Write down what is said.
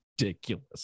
ridiculous